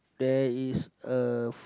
there is a